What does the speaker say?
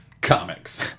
comics